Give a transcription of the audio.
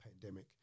pandemic